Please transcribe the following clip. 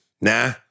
nah